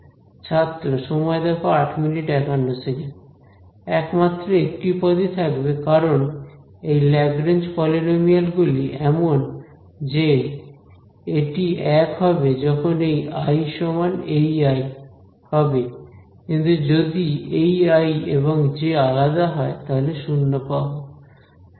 একমাত্র একটি পদই থাকবে কারণ এই ল্যাগরেঞ্জ পলিনোমিয়াল গুলি এমন যে এটি এক হবে যখন এই i সমান এই i হবে কিন্তু যদি এই i এবং j আলাদা হয় তাহলে শূন্য হবে